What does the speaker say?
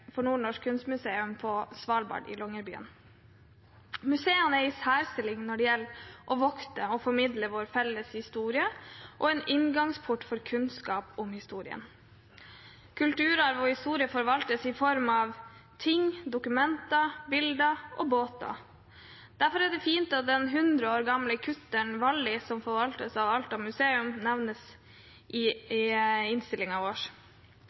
for Nordnorsk Kunstmuseum i Longyearbyen på Svalbard. Museene er i en særstilling når det gjelder å vokte og formidle vår felles historie, og er en inngangsport for kunnskap om historien. Kulturarv og historie forvaltes i form av ting og dokumenter, bilder og båter. Derfor er det fint at den hundre år gamle kutteren «Vally», som forvaltes av Alta Museum, nevnes i